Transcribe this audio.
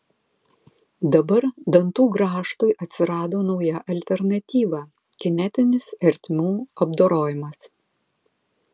dabar dantų grąžtui atsirado nauja alternatyva kinetinis ertmių apdorojimas